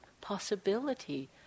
possibility